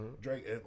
Drake